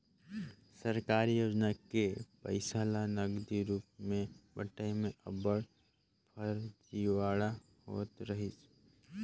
सरकारी योजना के पइसा ल नगदी रूप में बंटई में अब्बड़ फरजीवाड़ा होवत रहिस